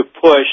push